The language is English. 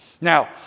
Now